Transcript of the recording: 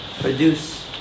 produce